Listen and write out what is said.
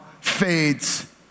fades